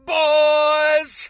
boys